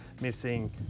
missing